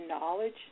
knowledge